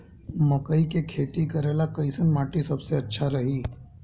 मकई के खेती करेला कैसन माटी सबसे अच्छा रही?